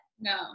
No